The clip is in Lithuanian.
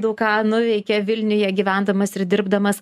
daug ką nuveikė vilniuje gyvendamas ir dirbdamas